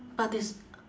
but this